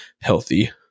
healthy